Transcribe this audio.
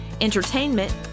entertainment